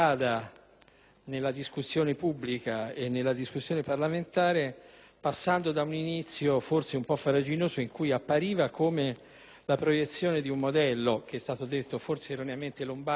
della discussione pubblica e della discussione parlamentare. Si è infatti partiti da un inizio forse un po' farraginoso in cui appariva come la proiezione di un modello che è stato detto - forse erroneamente - lombardo,